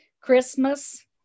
Christmas